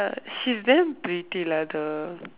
she's damn pretty lah the